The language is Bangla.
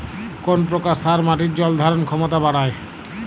কোন প্রকার সার মাটির জল ধারণ ক্ষমতা বাড়ায়?